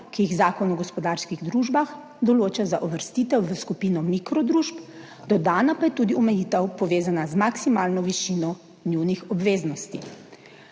ki jih Zakon o gospodarskih družbah določa za uvrstitev v skupino mikro družb, dodana pa je tudi omejitev, povezana z maksimalno višino njunih obveznosti.